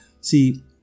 See